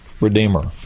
redeemer